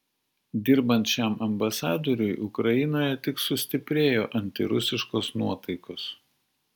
dirbant šiam ambasadoriui ukrainoje tik sustiprėjo antirusiškos nuotaikos